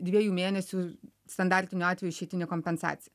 dviejų mėnesių standartiniu atveju išeitinė kompensacija